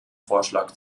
vorschlag